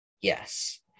Yes